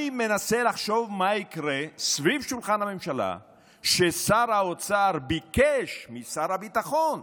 אני מנסה לחשוב מה יקרה סביב שולחן הממשלה כששר האוצר ביקש משר הביטחון,